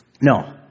No